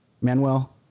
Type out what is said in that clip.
Manuel